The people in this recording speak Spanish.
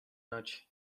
noche